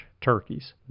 turkeys